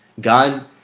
God